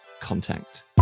Contact